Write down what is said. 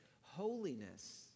holiness